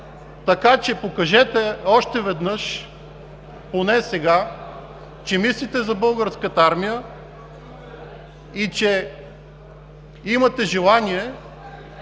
Покажете още веднъж, поне сега, че мислите за Българската армия и че имате желание